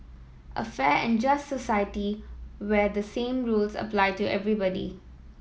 a fair and just society where the same rules apply to everybody